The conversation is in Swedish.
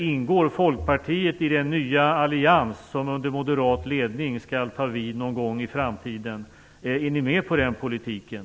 Ingår Folkpartiet i den nya allians som under moderat ledning skall ta vid någon gång i framtiden? Är Folkpartiet med på den politiken?